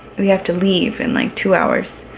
we have to leave in like two hours,